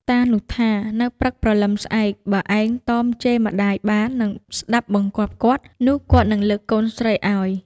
តានោះថា នៅព្រឹកព្រលឹមស្អែក បើឯងតមជេរម្តាយបាននិងស្ដាប់បង្គាប់គាត់ នោះគាត់នឹងលើកកូនស្រីឱ្យ។